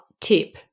tip